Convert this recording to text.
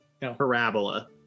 Parabola